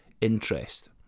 interest